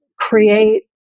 create